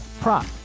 prop